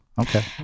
Okay